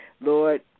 Lord